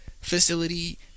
facility